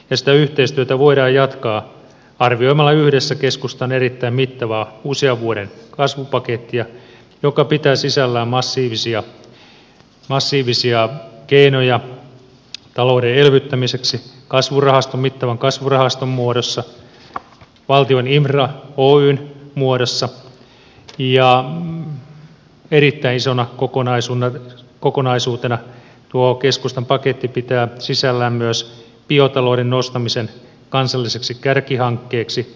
sitä yhteistyötä voidaan jatkaa arvioimalla yhdessä keskustan erittäin mittavaa usean vuoden kasvupakettia joka pitää sisällään massiivisia keinoja talouden elvyttämiseksi mittavan kasvurahaston muodossa valtion infra oyn muodossa ja erittäin isona kokonaisuutena tuo keskustan paketti pitää sisällään myös biotalouden nostamisen kansalliseksi kärkihankkeeksi